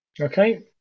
Okay